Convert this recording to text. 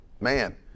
Man